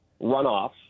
runoffs